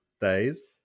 days